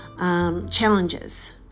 Challenges